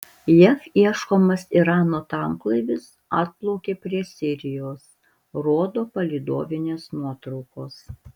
jav ieškomas irano tanklaivis atplaukė prie sirijos rodo palydovinės nuotraukos